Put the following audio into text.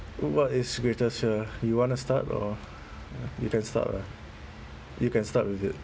what is the greatest fear you wanna start or you can start lah you can start with it